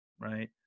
right